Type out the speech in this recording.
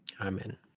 amen